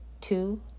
two